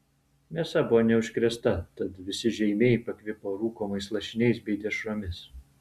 mėsa buvo neužkrėsta tad visi žeimiai pakvipo rūkomais lašiniais bei dešromis